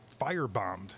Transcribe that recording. firebombed